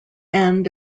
end